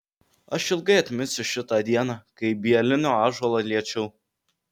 aš ilgai atminsiu šitą dieną kai bielinio ąžuolą liečiau